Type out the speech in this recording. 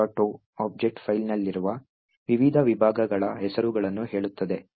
o object ಫೈಲ್ನಲ್ಲಿರುವ ವಿವಿಧ ವಿಭಾಗಗಳ ಹೆಸರುಗಳನ್ನು ಹೇಳುತ್ತದೆ